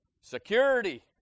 security